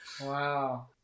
Wow